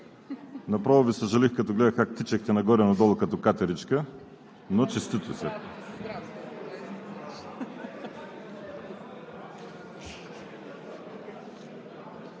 Направо Ви съжалих, като гледах как тичахте нагоре-надолу като катеричка. Но честито!